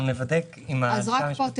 רק פה.